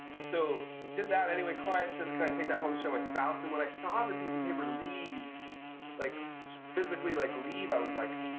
so did that, anyway, clients says, can i take that home to my spouse? and when i saw the piece of paper leave like physically like leave, i was like,